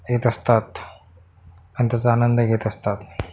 येत असतात आणि त्याचा आनंद घेत असतात